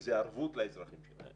איזה ערבות לאזרחים שלה.